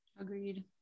Agreed